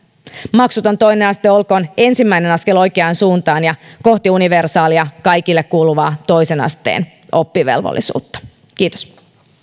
maksuton toinen aste olkoon ensimmäinen askel oikeaan suuntaan ja kohti universaalia kaikille kuuluvaa toisen asteen oppivelvollisuutta kiitos